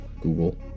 Google